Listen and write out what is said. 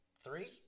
three